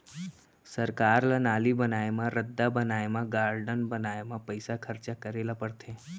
सरकार ल नाली बनाए म, रद्दा बनाए म, गारडन बनाए म पइसा खरचा करे ल परथे